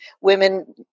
women